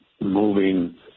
moving